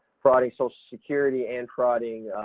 frauding social security and frauding,